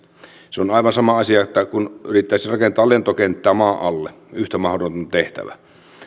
se on aivan sama asia kuin yrittäisi rakentaa lentokenttää maan alle yhtä mahdoton tehtävä